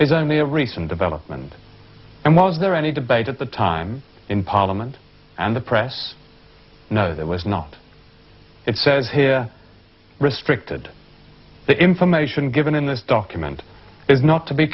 is only a recent development and was there any debate at the time in parliament and the press no there was not it says here restricted the information given in this document is not to be